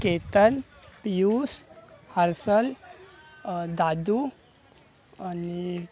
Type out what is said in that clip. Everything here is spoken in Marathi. केतन पीयूस हर्षल दादू आणि